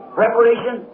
preparation